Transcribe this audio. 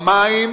המים